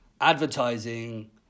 advertising